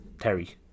Terry